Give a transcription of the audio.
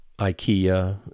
IKEA